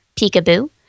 peekaboo